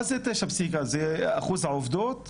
מה זה תשע פסיק, זה אחוז העובדות ברהט?